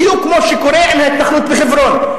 בדיוק כמו שקורה עם ההתנחלות בחברון.